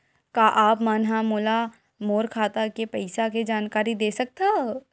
का आप मन ह मोला मोर खाता के पईसा के जानकारी दे सकथव?